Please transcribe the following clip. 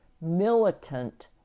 militant